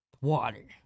Water